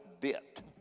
bit